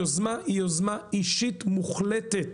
היוזמה היא יוזמה אישית מוחלטת.